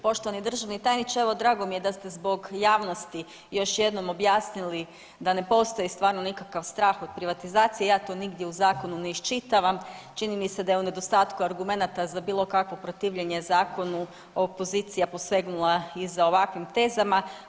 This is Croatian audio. Poštovani državni tajniče evo drago mi je da ste zbog javnosti još jednom objasnili da ne postoji stvarno nikakav strah od privatizacije, ja to nigdje u zakonu ne iščitavam čini mi se da je u nedostatku argumenata za bilo kakvo protivljenje zakonu opozicija posegnula i za ovakvim tezama.